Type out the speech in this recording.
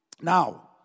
Now